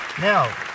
now